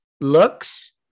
Looks